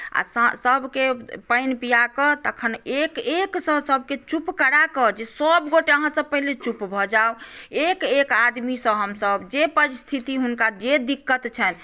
आ स सभकेँ पानि पिया कऽ तखन एक एकसँ सभकेँ चुप करा कऽ जे सभगोटए अहाँसभ पहिने चुप भऽ जाउ एक एक आदमीसँ हमसभ जे परिस्थिति हुनका जे दिक्कत छनि